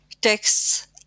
texts